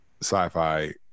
sci-fi